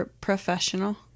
Professional